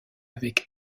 avec